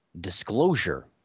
disclosure